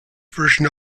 version